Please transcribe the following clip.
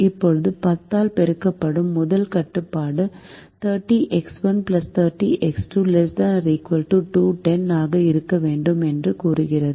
இப்போது 10 ஆல் பெருக்கப்படும் முதல் கட்டுப்பாடு 30X1 30X2 ≤210 ஆக இருக்க வேண்டும் என்று கூறுகிறது